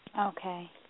Okay